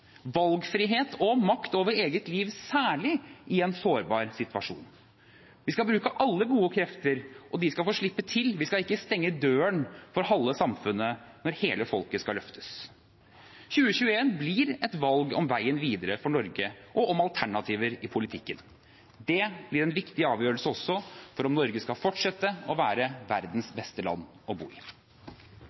valgfrihet og makt over eget liv, særlig i en sårbar situasjon. Vi skal bruke alle gode krefter, og de skal få slippe til. Vi skal ikke stenge døren for halve samfunnet når hele folket skal løftes. 2021 blir et valg om veien videre for Norge, og om alternativer i politikken. Det blir også en viktig avgjørelse for om Norge skal fortsette å være verdens beste land å bo i.